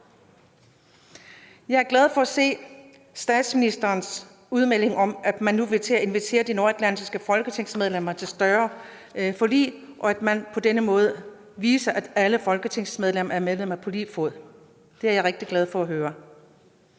Jeg er glad for at se statsministerens udmelding om, at man nu vil til at invitere de nordatlantiske folketingsmedlemmer med i større forlig, og at man på denne måde viser, at alle folketingsmedlemmer er medlemmer på lige fod. Det er jeg rigtig glad for at høre.